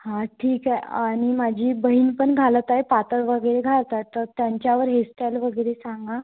हा ठीके आणि माझी बहीण पण घालत आहे पातळ वगैरे घालतात तर त्यांच्यावर हेअस्टाईल वगैरे सांगा